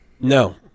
No